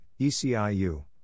ECIU